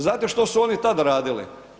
Znate što su oni tada radili?